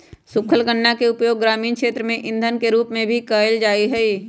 सूखल गन्ना के उपयोग ग्रामीण क्षेत्र में इंधन के रूप में भी कइल जाहई